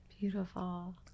Beautiful